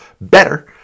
better